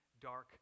dark